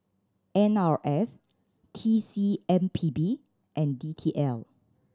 N R F T C M P B and D T L